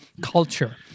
culture